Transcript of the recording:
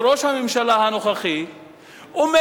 וראש הממשלה הנוכחי אומר: